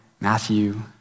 Matthew